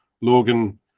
Logan